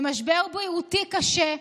במשבר בריאותי קשה,